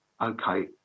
okay